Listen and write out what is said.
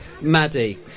Maddie